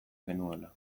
genuela